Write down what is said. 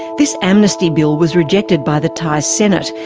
this amnesty bill was rejected by the thai senate,